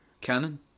Canon